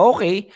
Okay